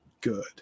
good